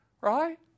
Right